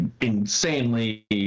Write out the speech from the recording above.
insanely